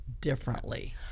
differently